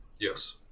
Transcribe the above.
Yes